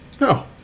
No